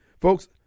Folks